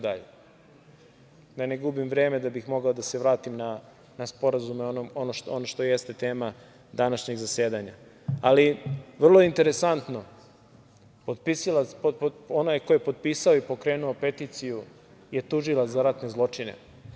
Da ne gubim vreme, da bih mogao da se vratim na sporazume i na ono što jeste tema današnjeg zasedanja, ali vrlo je interesantno, onaj ko je potpisao i pokrenuo peticiju je tužilac za ratne zločine.